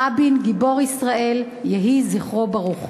רבין, גיבור ישראל, יהי זכרו ברוך.